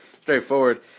straightforward